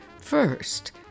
First